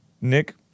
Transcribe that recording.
Nick